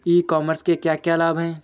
ई commerce से क्या क्या लाभ हैं?